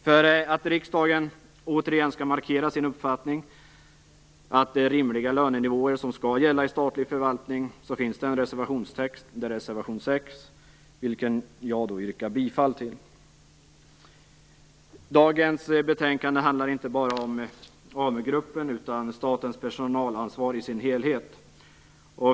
För att riksdagen återigen skall markera sin uppfattning att det är rimliga lönenivåer som skall gälla i statlig förvaltning, finns det en reservation, reservation 6, vilken jag yrkar bifall till. Dagens betänkande handlar inte bara om AMU gruppen utan om statens personalansvar i sin helhet.